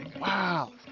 Wow